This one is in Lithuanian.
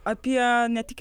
apie ne tik